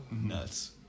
nuts